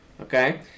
Okay